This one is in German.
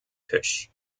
tisch